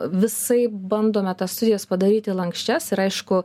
visaip bandome tas studijas padaryti lanksčias ir aišku